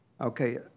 Okay